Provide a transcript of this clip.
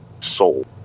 soul